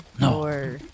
No